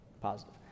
positive